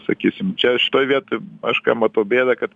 sakysim čia šitoj vietoj aš ką matau bėdą kad